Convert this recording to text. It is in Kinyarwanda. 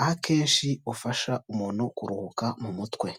aho akenshi ufasha umuntu kuruhuka mu mutwe.